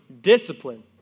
discipline